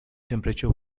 temperature